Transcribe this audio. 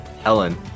Ellen